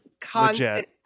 Constant